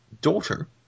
daughter